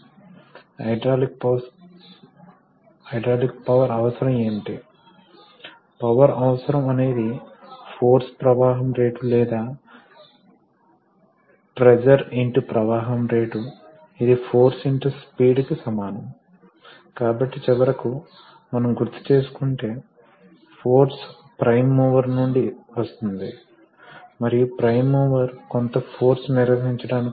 కాబట్టి పాస్కల్ లా ప్రకారం ఇప్పుడు ఇదే ప్రెషర్ ప్రసారం కానుంది కాబట్టి దీనిపై ప్రెషర్ కూడా 1 కిలో FA1 గా ఉంటుంది మరియు దీనిపై force 1 kilo F x A2 A1 గా ఉంటుంది ఎందుకంటే ఇది ప్రెషర్ కాబట్టి ఇది ఈ బాడీ పై A2 లోకి సృష్టించే ఫోర్స్ కాబట్టి మనము ఇక్కడ 1 కిలో ఫోర్స్ ని వర్తింపజేస్తే గుణించిన ఫోర్స్ ని సృష్టించాము